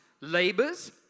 labors